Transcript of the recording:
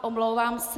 Omlouvám se.